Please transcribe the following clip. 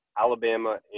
Alabama